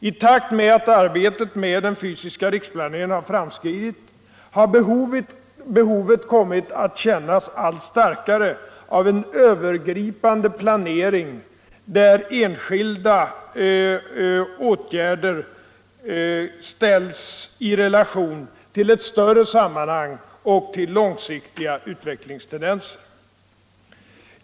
I takt med att arbetet med den fysiska riksplaneringen har framskridit har behovet kommit att kännas allt starkare av en övergripande planering där enskilda åtgärder ställs i relation till ett större sammanhang och till långsiktiga utvecklingstendenser.